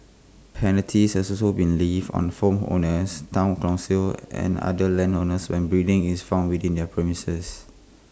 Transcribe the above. penalties have also been levied on phone on A Town councils and other landowners when breeding is found within their premises